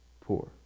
poor